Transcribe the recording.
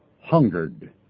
hungered